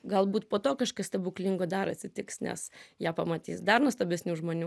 galbūt po to kažkas stebuklingo dar atsitiks nes ją pamatys dar nuostabesnių žmonių